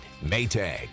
Maytag